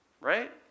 right